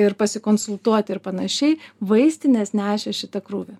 ir pasikonsultuot ir panašiai vaistinės nešė šitą krūvį